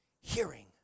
Hearing